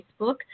Facebook